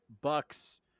Bucks